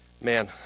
Man